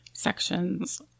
Sections